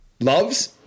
Loves